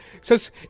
says